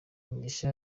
mugisha